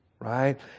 Right